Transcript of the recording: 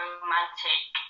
romantic